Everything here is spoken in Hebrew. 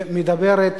שמדברת